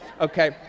okay